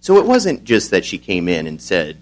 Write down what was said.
so it wasn't just that she came in and said